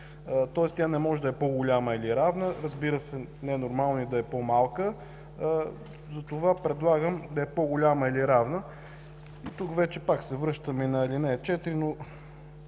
Тоест тя не може да е по-голяма или равна, разбира се, ненормално е и да е по-малка. Затова предлагам да е „по-голяма или равна”. Тук вече пак се връщам и на ал. 4, но